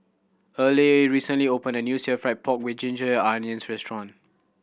Earle recently opened a new Stir Fried Pork With Ginger Onions restaurant